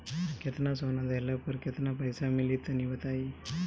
केतना सोना देहला पर केतना पईसा मिली तनि बताई?